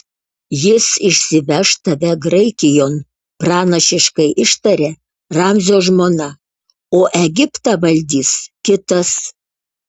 jis išsiveš tave graikijon pranašiškai ištarė ramzio žmona o egiptą valdys kitas